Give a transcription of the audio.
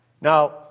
Now